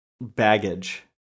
baggage